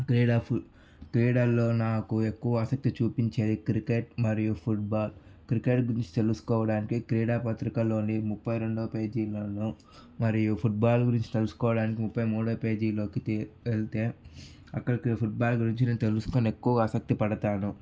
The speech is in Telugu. క్రీడల్లో నాకు ఎక్కువ ఆసక్తి చూపించేది క్రికెట్ మరియు ఫుట్ బాల్ క్రికెట్ గురించి తెలుసుకోవడానికి క్రీడా పత్రికల్లోని ముప్పై రెండవ పేజీలను మరియు ఫుట్ బాల్ గురించి తెలుసుకోవడానికి ముప్పై మూడవపేజీలోకి వెళ్తే అక్కడ ఫుట్ బాల్ గురించి తెలుసుకొని ఎక్కువ ఆసక్తి పడతాను